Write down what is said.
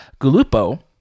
Gulupo